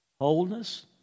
Wholeness